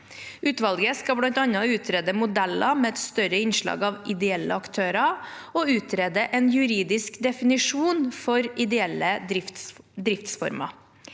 Utvalget skal blant annet utrede modeller med et større innslag av ideelle aktører og utrede en juridisk definisjon for ideelle driftsformer.